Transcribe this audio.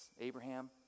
Abraham